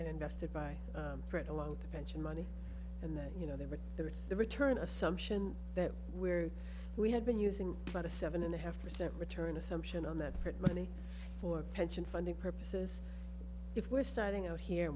and invested by fred along with the pension money and that you know they were there the return assumption that where we had been using about a seven and a half percent return assumption on that part money for pension funding purposes if we're starting out here